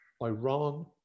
iran